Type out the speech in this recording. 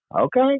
Okay